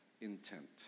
intent